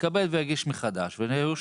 התקבל והגיש מחדש ואושר.